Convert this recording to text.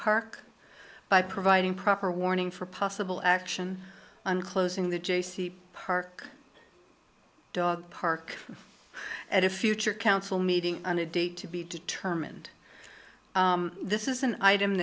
park by providing proper warning for possible action on closing the jaycee park dog park at a future council meeting on a date to be determined this is an item